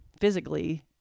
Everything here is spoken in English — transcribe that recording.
physically